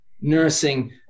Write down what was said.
nursing